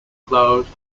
closed